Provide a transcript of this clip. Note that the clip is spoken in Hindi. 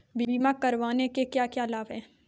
बीमा करवाने के क्या क्या लाभ हैं?